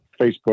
Facebook